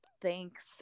thanks